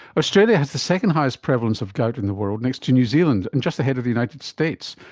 australia has the second highest prevalence of gout in the world next to new zealand, and just ahead of the united states,